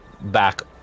back